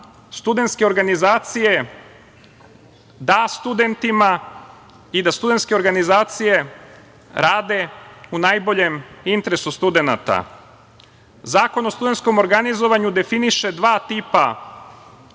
studentske organizacije da studentima i da studentske organizacije rade u najboljem interesu studenata. Zakon o studentskom organizovanju definiše dva tipa